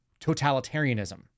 totalitarianism